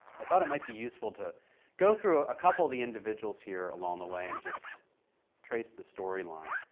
i thought it might be useful to go through a ah couple of the individuals here along the way, and just trace the storyline.